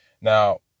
Now